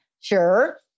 Sure